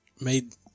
made